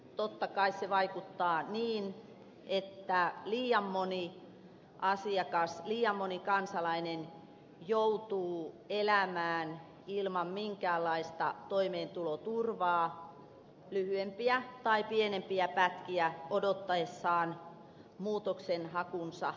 totta kai se vaikuttaa niin että liian moni kansalainen joutuu elämään ilman minkäänlaista toimeentuloturvaa lyhyempiä tai pitempiä pätkiä odottaessaan muutoksenhakunsa tuloksia